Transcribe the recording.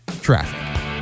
Traffic